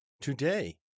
Today